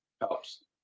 helps